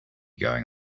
going